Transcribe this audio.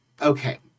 okay